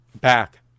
back